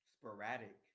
sporadic